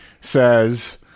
says